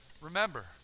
Remember